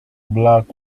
black